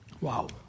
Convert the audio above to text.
Wow